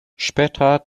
später